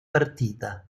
partita